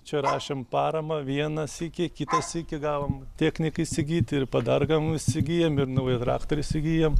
čia rašėm paramą vieną sykį kitą sykį gavom technikai įsigyt ir padargam įsigijom ir naują traktorių įsigijom